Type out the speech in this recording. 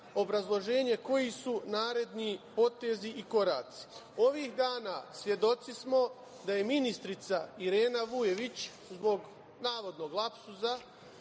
građana koji su naredni potezi i koraci. Ovih dana svedoci smo da je ministrica Irena Vujović, zbog navodnog lapsusa,